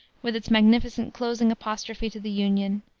with its magnificent closing apostrophe to the union,